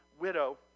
widow